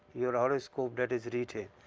your horoscope that is written.